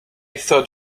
thought